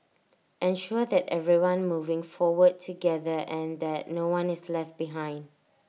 ensure that everyone moving forward together and that no one is left behind